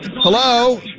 Hello